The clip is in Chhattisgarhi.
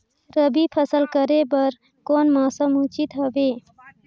रबी फसल करे बर कोन मौसम उचित हवे?